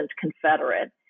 Confederate